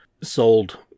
sold